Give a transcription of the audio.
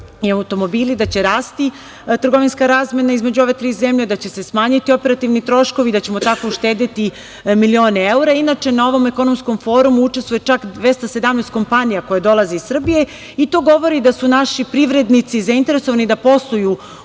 i automobili, da će rasti trgovinska razmena između ove tri zemlje, da će se smanjiti operativni troškovi, da ćemo tako uštedeti milione evra. Inače, na ovom ekonomskom forumu učestvuje čak 217 kompanija koje dolaze iz Srbije i to govori da su naši privrednici zainteresovani da posluju